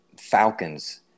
Falcons